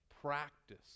practice